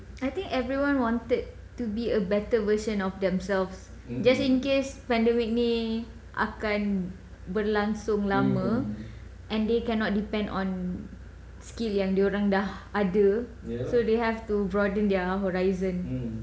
I think everyone wanted to be a better version of themselves just in case pandemic ni akan berlangsung lama and they cannot depend on skill yang dia orang dah ada so they have to broaden their horizon